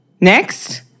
Next